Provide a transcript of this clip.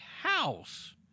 house